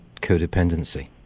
codependency